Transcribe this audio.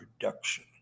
production